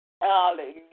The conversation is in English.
Hallelujah